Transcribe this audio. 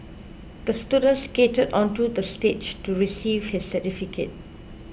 the student skated onto the stage to receive his certificate